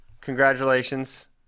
Congratulations